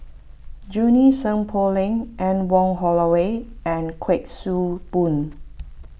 Junie Sng Poh Leng Anne Wong Holloway and Kuik Swee Boon